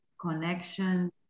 connection